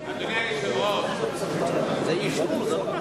לנדבר מצביעה אדוני היושב-ראש,